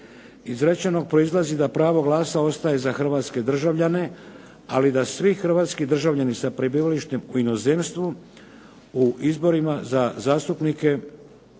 izrečeno proizlazi da pravo glasa ostaje za hrvatske državljane, ali da svi hrvatski državljani sa prebivalištem u inozemstvu u izborima za zastupnike